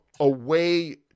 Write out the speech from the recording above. Away